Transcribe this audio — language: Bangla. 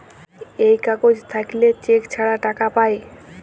এই কাগজ থাকল্যে চেক ছাড়া টাকা পায়